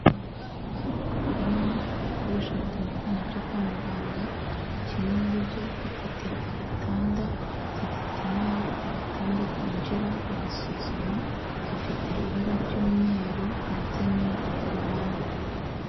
Kwa muganga harimo ibikoresho bitandukanye byo kwa muganga, kimwe muri byo gifite agatanda, gifite n'aho ako gatanda kinjira bagasuzuma, gifite ibara ry'umweru ndetse n'ivu ku ruhande.